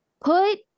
put